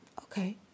Okay